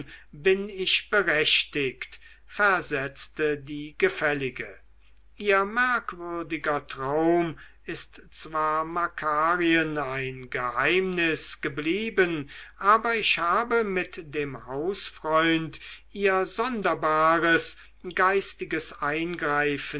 bin ich berechtigt versetzte die gefällige ihr merkwürdiger traum ist zwar makarien ein geheimnis geblieben aber ich habe mit dem hausfreund ihr sonderbares geistiges eingreifen